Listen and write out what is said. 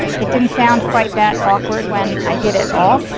it didn't sound quite that awkward when i did it all.